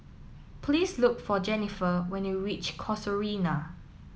please look for Jenifer when you reach Casuarina